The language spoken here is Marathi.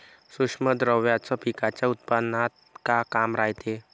सूक्ष्म द्रव्याचं पिकाच्या उत्पन्नात का काम रायते?